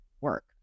work